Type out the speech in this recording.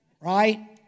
right